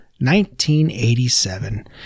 1987